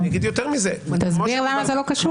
אני אגיד יותר מזה --- תסביר למה זה לא קשור.